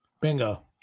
bingo